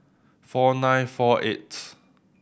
four nine four eighth